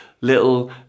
little